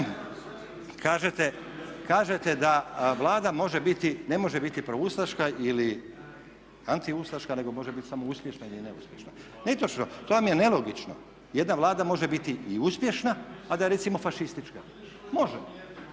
Kažete da Vlada može biti, ne može biti proustaška ili anti ustaška, nego može biti samo uspješna ili neuspješna. Nije točno. To vam je nelogično. Jedna Vlada može biti i uspješna, a da je recimo fašistička. Može!